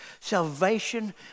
salvation